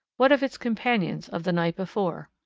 what of its companions of the night before?